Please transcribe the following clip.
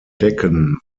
decken